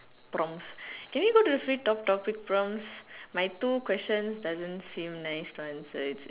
prompts can we go to the free talk topic prompts my two questions doesn't seem nice to answer it's